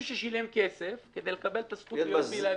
ששילם כסף כדי לקבל את הזכות להיות המעצב הבלעדי.